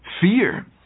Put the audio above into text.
fear